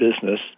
business